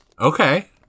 Okay